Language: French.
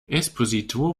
esposito